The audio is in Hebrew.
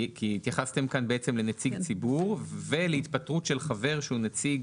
התייחסתם כאן לנציג ציבור ולהתפטרות של חבר שהוא נציג